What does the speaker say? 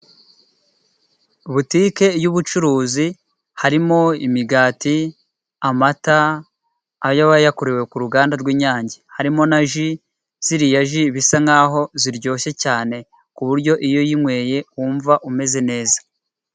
Butike y'ubucuruzi harimo imigati amata ayoba yakorewe ku ruganda rw'inyange, harimo na ji ziriya ji bisa naho ziryoshye cyane ku buryo iyo yinyweye wumva umeze neza.